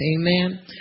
Amen